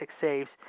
saves